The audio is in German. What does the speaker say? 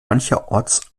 mancherorts